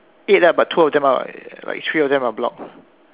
eight lah but two of them are like three of them are blocked